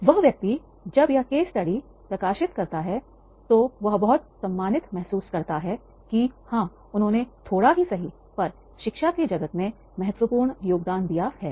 वह व्यक्ति जब यह केस स्टडी प्रकाशित करता है तो वह बहुत सम्मानित महसूस करता है कि हां उन्होंने थोड़ा ही सही पर शिक्षा के जगत के लिए महत्वपूर्ण योगदान दिया है